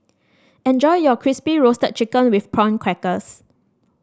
enjoy your Crispy Roasted Chicken with Prawn Crackers